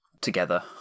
together